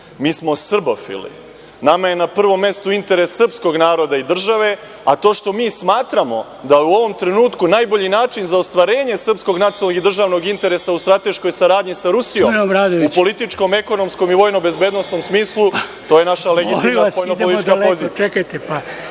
Mi smo srbofili. Nama je na prvom mestu interes srpskog naroda i države, a to što mi smatramo da je u ovom trenutku najbolji način za ostvarenje srpskog nacionalnog i državnog interesa u strateškoj saradnji sa Rusijom u političkom, ekonomskom i vojno bezbednosnom smislu, to je naša legitimna spoljnopolitička pozicija.